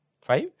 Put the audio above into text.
Five